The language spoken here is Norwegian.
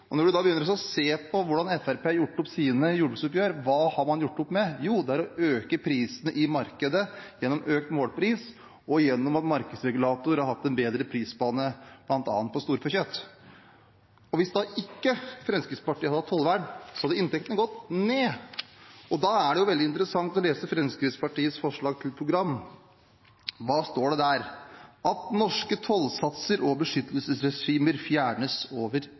landbrukspolitikk. Når en begynner å se på hvordan Fremskrittspartiet har gjort opp sine jordbruksoppgjør, hva har man gjort opp med, er det å øke prisene i markedet gjennom økt målpris og gjennom at markedsregulatorene har hatt en bedre prisbane bl.a. på storfekjøtt. Hvis Fremskrittspartiet ikke hadde hatt tollvern, hadde inntekten gått ned, og da er det veldig interessant å lese Fremskrittspartiets forslag til program. Hva står det der? Det står «at norske tollsatser og beskyttelsesregimer fjernes over